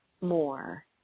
more